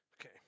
Okay